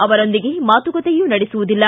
ಅವರೊಂದಿಗೆ ಮಾತುಕತೆಯೂ ನಡೆಸುವುದಿಲ್ಲ